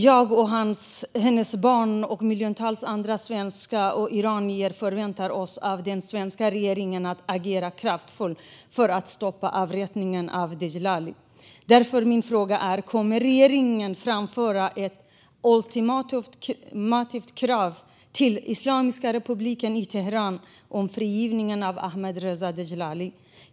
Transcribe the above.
Jag, hans barn och miljontals andra svenskar och iranier förväntar oss att den svenska regeringen agerar kraftfullt för att stoppa avrättningen av Djalali. Min fråga är därför: Kommer regeringen att framföra ett ultimativt krav till Islamiska republiken Iran om frigivningen av Ahmadreza Djalali?